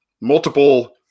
multiple